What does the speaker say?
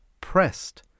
pressed